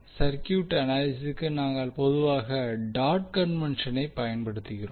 circuit அனலிசுக்கு நாங்கள் பொதுவாக டாட் கன்வெண்க்ஷணை பயன்படுத்துகிறோம்